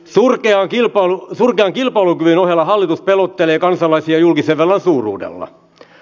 surkean kilpailukyvyn ohella hallitus pelottelee kansalaisia julkisen velan suuruudella